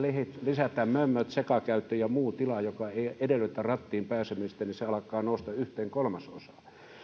lisätään mömmöt sekakäyttö ja muu tila joka ei edellytä rattiin pääsemistä niin se alkaa nousta yhteen kolmasosaan